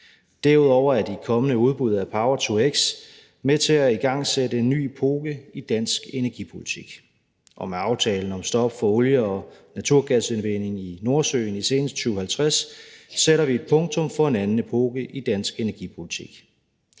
Derudover er de kommende udbud af power-to-x med til at igangsætte en ny epoke i dansk energipolitik. Med aftalen om stop for olie- og naturgasindvinding i Nordsøen senest i 2050 sætter vi et punktum for en anden epoke i dansk energipolitik.